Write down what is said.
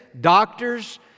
doctors